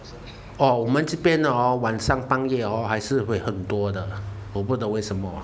oh 我们这边 hor 晚上半夜 hor 还是会很多的我不懂为什么